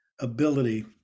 ability